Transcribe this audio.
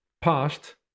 past